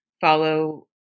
follow